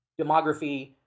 demography